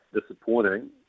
disappointing